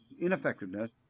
ineffectiveness